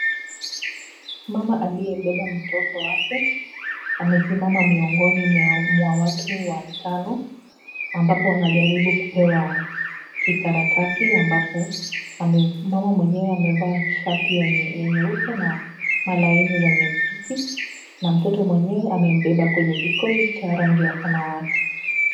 Mama aliyebeba mtoto wake amesimama miongoni mwa watu watano ambapo anajaribu kupewa kikaratasi ambapo mama mwenyewe amevaa shati ya nyeupe malaini nyeusi na mtoto mwenyewe amembeba kwenye kikosi cha rangi ya samawati.